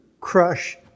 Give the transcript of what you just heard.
crush